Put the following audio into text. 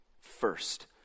First